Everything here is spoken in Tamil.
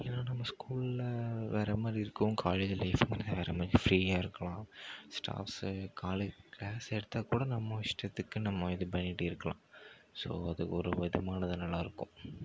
இல்லைனா நம்ம ஸ்கூலில் வேறமாதிரி இருக்கோம் காலேஜ் லைஃப்னா வேறமாதிரி ஃப்ரீயாக இருக்கலாம் ஸ்டாஃப்ஸ்ஸு காலே கிளாஸ் எடுத்தால் கூட நம்ம இஷ்டத்துக்கு நம்ம இது பண்ணிகிட்டு இருக்கலாம் ஸோ அது ஒரு விதமானது நல்லாருக்கும்